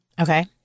Okay